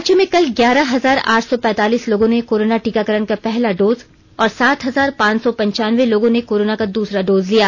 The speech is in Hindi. राज्य में कल ग्यारह हजार आठ सौ पैंतालीस लोगों ने कोरोना टीकाकरण का पहला डोज और सात हजार पांच सौ पंचानवें लोगों ने कोरोना का दूसरा डोज लिया